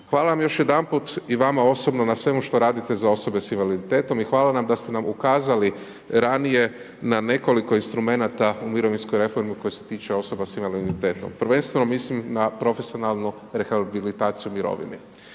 Hvala vam još jedanput i vama osobno na svemu što radite za osobe sa invaliditetom i hvala vam da ste nam ukazali ranije na nekoliko instrumenata u mirovinskoj reformi koji se tiču osoba sa invaliditetom. Prvenstveno mislim na profesionalnu rehabilitaciju u mirovini.